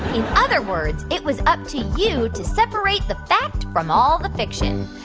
in other words, it was up to you to separate the fact from all the fiction.